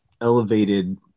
elevated